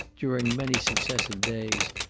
during many successive days,